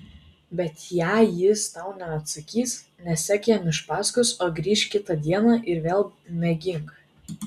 bet jei jis tau neatsakys nesek jam iš paskos o grįžk kitą dieną ir vėl mėgink